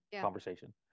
conversation